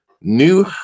new